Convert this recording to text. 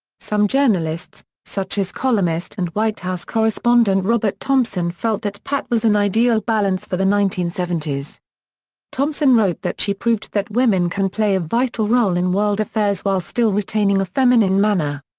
some journalists, such as columnist and white house correspondent robert thompson felt that pat was an ideal balance for the nineteen seventy s thompson wrote that she proved that women can play a vital role in world affairs while still retaining a feminine manner.